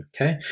Okay